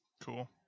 cool